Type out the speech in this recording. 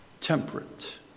temperate